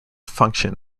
function